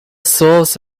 source